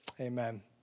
Amen